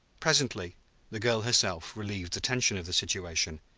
presently the girl herself relieved the tension of the situation,